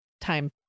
time